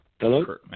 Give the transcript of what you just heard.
Hello